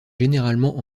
généralement